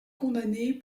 condamné